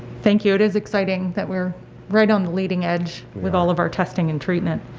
thank you, it is exciting that we're right on the leading edge with all of our testing and treatment.